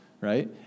Right